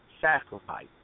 Sacrifice